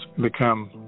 become